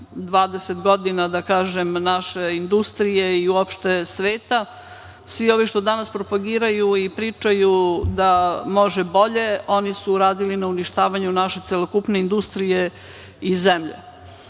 20 godina naše industrije i uopšte sveta. Svi ovi što danas propagiraju i pričaju da može bolje oni su radili na uništavanju naše celokupne industrije i zemlje. Tako